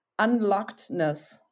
unlockedness